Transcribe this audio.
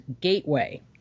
Gateway